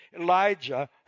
Elijah